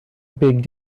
big